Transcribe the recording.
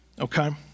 Okay